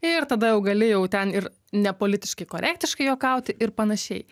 ir tada jau gali jau ten ir nepolitiškai korektiškai juokauti ir panašiai